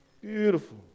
Beautiful